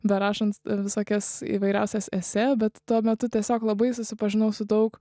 berašant visokias įvairiausias esė bet tuo metu tiesiog labai susipažinau su daug